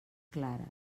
clares